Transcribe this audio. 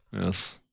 Yes